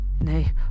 nay